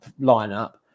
lineup